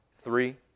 Three